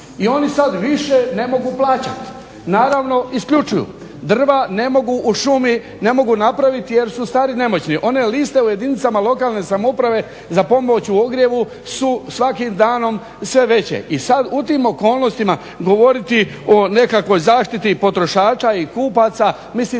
I oni sad više ne mogu plaćati. Naravno, isključuju. Drva ne mogu u šumi ne mogu napraviti jer su stari i nemoćni. One liste u jedinicama lokalne samouprave za pomoć u ogrjevu su svakim danom sve veće. I sad u tim okolnostima govoriti o nekakvoj zaštiti potrošača i kupaca mislim